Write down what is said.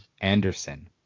Anderson